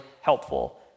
helpful